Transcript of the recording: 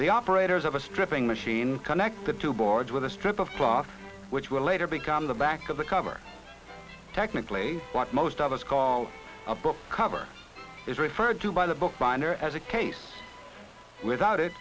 the operators have a stripping machine connected to board with a strip of cloth which will later become the back of the cover technically what most of us call a book cover is referred to by the bookbinder as a case without it